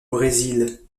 brésil